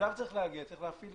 צריך להפעיל